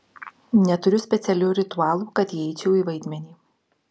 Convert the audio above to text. neturiu specialių ritualų kad įeičiau į vaidmenį